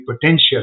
potential